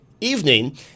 evening